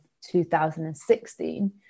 2016